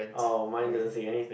oh mine doesn't say anything